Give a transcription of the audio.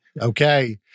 Okay